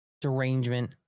derangement